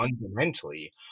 fundamentally